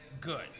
good